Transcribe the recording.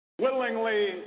Willingly